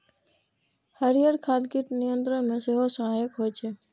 हरियर खाद कीट नियंत्रण मे सेहो सहायक होइ छै